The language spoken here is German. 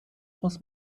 aus